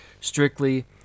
strictly